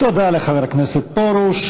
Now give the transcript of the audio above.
תודה רבה לחבר הכנסת פרוש.